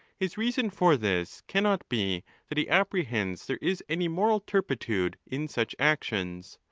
his reason for this cannot be that he apprehends there is any moral turpitude in such actions,